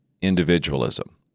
individualism